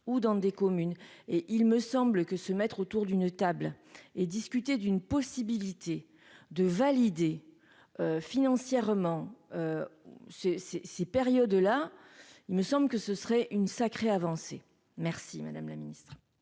ou dans des communes et il me semble que se mettre autour d'une table et discuter d'une possibilité de valider financièrement ces ces, ces périodes-là, il me semble que ce serait une sacrée avancée merci madame la Ministre.